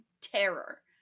terror